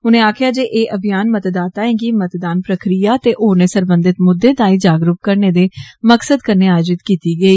उनें आखेया जे एह अभियान मतदाताएं गी मतदान प्रक्रियां ते होरने सरबंधित मुद्दे तांई जागरूक करने दे मकसद कन्नै आयोजित कीत्ती गेई